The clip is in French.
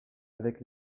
avec